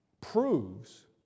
proves